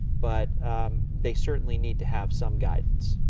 but they certainly need to have some guidance.